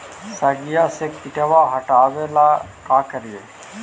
सगिया से किटवा हाटाबेला का कारिये?